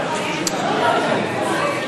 התקבלה.